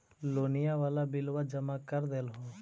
लोनिया वाला बिलवा जामा कर देलहो?